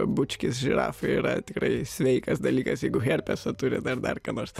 bučkis žirafai yra tikrai sveikas dalykas jeigu herpesą turit ar dar ką nors